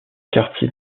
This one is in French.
quartier